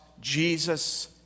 Jesus